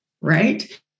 right